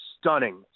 stunning